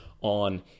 on